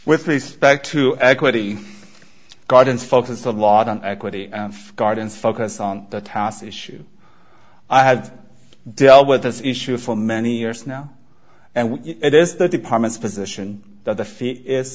with respect to equity gardens focus a lot on equity and gardens focus on that house issue i have dealt with this issue for many years now and it is the department's position that the